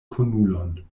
kunulon